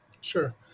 Sure